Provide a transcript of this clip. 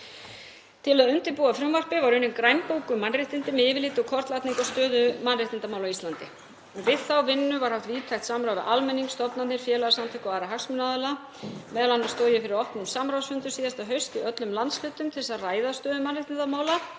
Til að undirbúa frumvarpið var unnin grænbók um mannréttindi, með yfirliti og kortlagningu á stöðu mannréttindamála á Íslandi. Við þá vinnu var haft víðtæk samráð við almenning, stofnanir, félagasamtök og aðra hagsmunaaðila. Meðal annars stóð ég fyrir opnum samráðsfundum síðasta haust í öllum landshlutum til þess að ræða stöðu mannréttindamála.